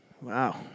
Wow